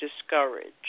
discouraged